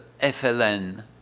FLN